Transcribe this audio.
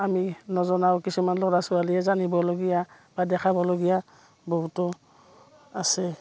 আমি নজনাও কিছুমান ল'ৰা ছোৱালীয়ে জানিবলগীয়া বা দেখাবলগীয়া বহুতো আছে